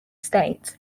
states